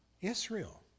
Israel